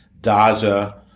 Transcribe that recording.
Daza